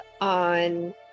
on